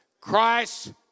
Christ